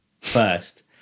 first